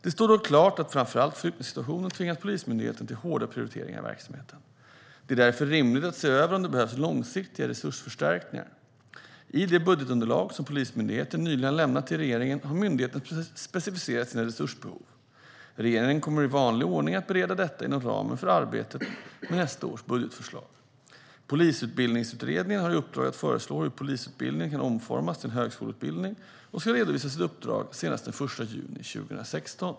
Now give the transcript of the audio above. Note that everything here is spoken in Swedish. Det står dock klart att framför allt flyktingsituationen tvingat Polismyndigheten till hårda prioriteringar i verksamheten. Det är därför rimligt att se över om det behövs långsiktiga resursförstärkningar. I det budgetunderlag som Polismyndigheten nyligen har lämnat till regeringen har myndigheten specificerat sina resursbehov. Regeringen kommer i vanlig ordning att bereda detta inom ramen för arbetet med nästa års budgetförslag. Polisutbildningsutredningen har i uppdrag att föreslå hur polisutbildningen kan omformas till en högskoleutbildning och ska redovisa sitt uppdrag senast den 1 juni 2016.